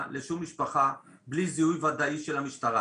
לשום משפחה בלי זיהוי ודאי של המשטרה.